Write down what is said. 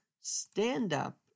stand-up